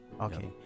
Okay